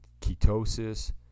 ketosis